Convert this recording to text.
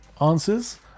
answers